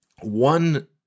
one